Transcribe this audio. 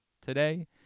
today